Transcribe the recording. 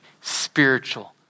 spiritual